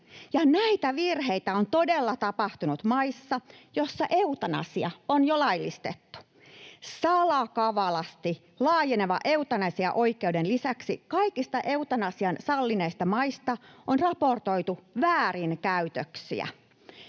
näitä virheitä on todella tapahtunut maissa, joissa eutanasia on jo laillistettu. Salakavalasti laajenevan eutanasiaoikeuden lisäksi kaikista eutanasian sallineista maista on raportoitu väärinkäytöksiä.